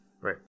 right